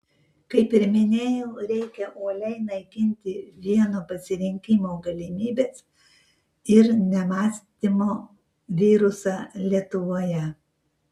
kaip ir minėjau reikia uoliai naikinti vieno pasirinkimo galimybės ir nemąstymo virusą lietuvoje